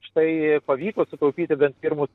štai pavyko sutaupyti bent pirmus